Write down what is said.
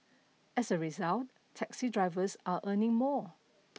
as a result taxi drivers are earning more